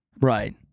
Right